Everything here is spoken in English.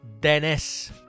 Dennis